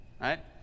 right